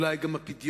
אולי גם הפדיון.